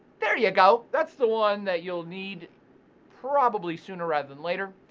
there you go, that's the one that you'll need probably sooner rather than later.